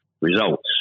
results